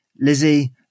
Lizzie